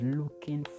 looking